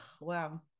wow